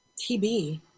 TB